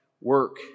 Work